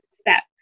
step